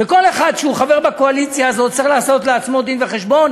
וכל אחד שהוא חבר בקואליציה הזאת צריך לתת לעצמו דין-וחשבון.